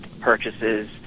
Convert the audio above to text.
purchases